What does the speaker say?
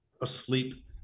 asleep